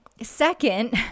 second